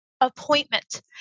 appointment